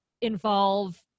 involve